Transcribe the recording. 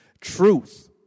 Truth